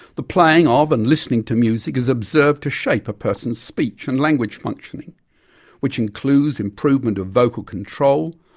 the playing ah of and listening to music is observed to shape a person's speech and language functioning which includes improvement of vocal control,